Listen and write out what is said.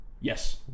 Yes